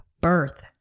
birth